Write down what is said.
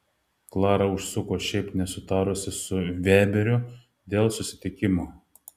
klara užsuko šiaip nesusitarusi su veberiu dėl susitikimo